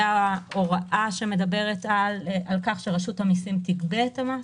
וסעיף 31 ההוראה שמדברת על כך שרשות המסים תגבה את המס.